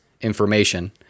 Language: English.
information